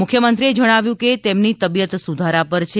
મુખ્યમંત્રીએ જણાવ્યું હતું કે તેમની તબિયત સુધારા પર છે